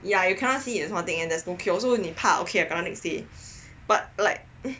yeah you can't see it is one thing and there is no cure so 你怕 okay I cannot say